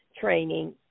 training